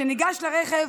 כשניגש לרכב,